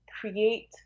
create